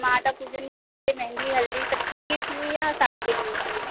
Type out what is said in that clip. माता पूजन के लिए मेहंदी हल्दी सबके लिए चाहिए या शादी के लिए ही चाहिए